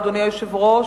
אדוני היושב-ראש,